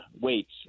weights